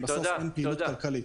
אם אין פעילות כלכלית.